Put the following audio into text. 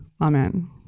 Amen